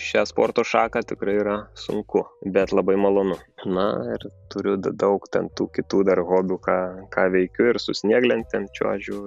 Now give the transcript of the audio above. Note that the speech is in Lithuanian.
šią sporto šaką tikrai yra sunku bet labai malonu na ir turiu daug ten tų kitų dar hobių ką ką veikiu ir su snieglentėm čiuožiu